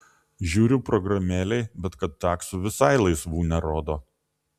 žiūriu programėlėj bet kad taksų visai laisvų nerodo